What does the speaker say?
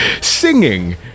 singing